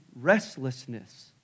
restlessness